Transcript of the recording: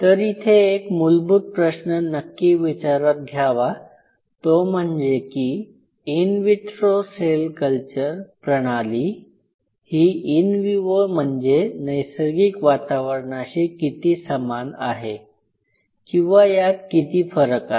तर इथे एक मूलभूत प्रश्न नक्की विचारात घ्यावा तो म्हणजे की इन विट्रो सेल कल्चर प्रणाली ही इन विवो म्हणजेच नैसर्गिक वातावरणाशी किती समान आहे किंवा यात किती फरक आहे